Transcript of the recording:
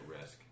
risk